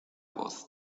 voz